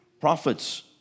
prophets